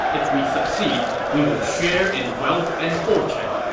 if we succeed, we will share in wealth and fortune!